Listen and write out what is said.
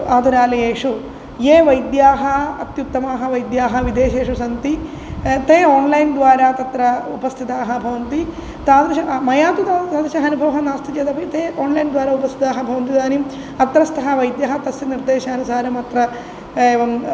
आतुरालयेषु ये वैद्याः अत्युत्तमाः वैद्याः विदेशेषु सन्ति ते ओण्लैन् द्वारा तत्र उपस्थिताः भवन्ति तादृशाः मया तु ताः तादृशः अनुभवः नास्ति चेदपि ते ओण्लैन् द्वारा उपस्थिताः भवन्ति तदानीम् अत्रस्थः वैद्यः तस्य निर्देशानुसारम् अत्र एवं